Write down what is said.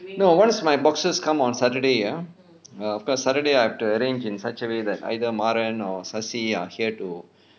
no once my boxes come on saturday ah because saturday I have to arrange in such a way that either maran or sasi are here to